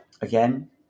again